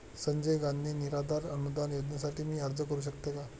संजय गांधी निराधार अनुदान योजनेसाठी मी अर्ज करू शकते का?